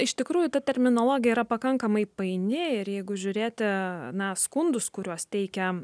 iš tikrųjų ta terminologija yra pakankamai paini ir jeigu žiūrėti na skundus kuriuos teikia